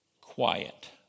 quiet